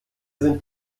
sind